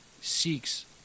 seeks